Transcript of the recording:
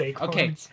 Okay